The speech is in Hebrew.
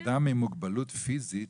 אדם עם מוגבלות פיזית,